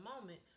moment